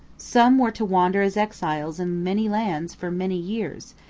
some were to wander as exiles in many lands for many years,